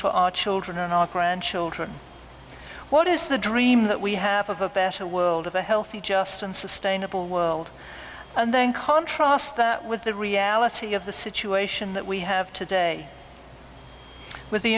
for our children and our grandchildren what is the dream that we have of a better world of a healthy just and sustainable world and then contrast that with the reality of the situation that we have today with the